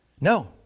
No